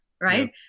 right